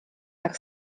tak